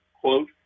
quote